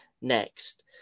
next